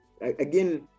again